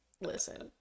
listen